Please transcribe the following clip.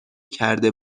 کرده